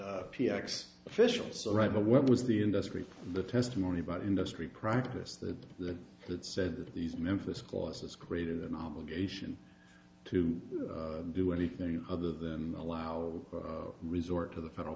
x officials right now what was the industry the testimony by industry practice that the that said that these memphis clauses created an obligation to do anything other than allow the resort to the federal